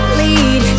lead